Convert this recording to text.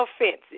offenses